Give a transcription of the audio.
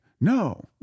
No